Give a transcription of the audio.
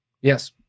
Yes